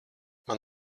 man